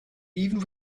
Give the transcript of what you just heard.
even